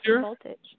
Voltage